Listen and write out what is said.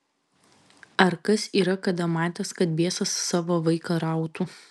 ar kas yra kada matęs kad biesas sava vaiką rautų